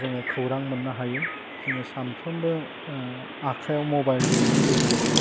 जोङो खौरां मोन्नो हायो जोङो सानफ्रोमबो आखाइआव मबाइल दैनाय लोगो लोगो